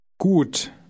Gut